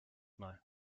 mal